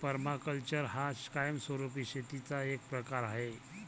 permaculture हा कायमस्वरूपी शेतीचा एक प्रकार आहे